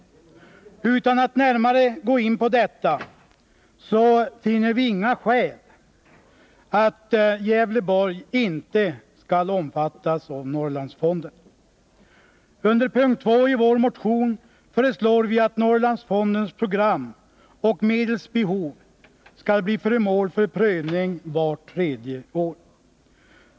Utan att närmare gå in på detta finner vi inga skäl för att Gävleborgs län inte skall omfattas av Norrlandsfonden. Under p. 2 i vår motion föreslår vi att Norrlandsfondens program och medelsbehov skall bli föremål för prövning vart tredje år.